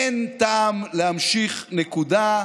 אין טעם להמשיך, נקודה,